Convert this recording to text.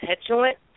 petulant